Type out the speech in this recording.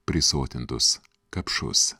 prisotintus kapšus